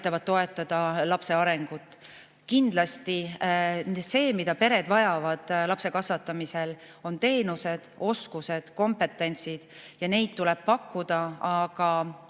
toetada lapse arengut. Kindlasti vajavad pered lapse kasvatamisel teenuseid, oskusi, kompetentsi ja neid tuleb pakkuda, aga